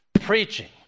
Preaching